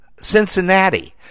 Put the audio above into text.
Cincinnati